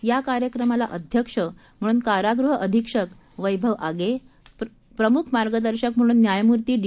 या कार्यक्रमाला अध्यक्ष म्हणून कारागृह अधीक्षक वैभव आगे प्रमुख मार्गदर्शक म्हणून न्यायमूर्ती डी